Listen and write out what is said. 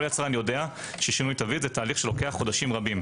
כל יצרן יודע ששינוי תווית זה תהליך שלוקח חודשים רבים.